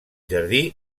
jardí